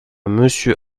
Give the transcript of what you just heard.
monsieur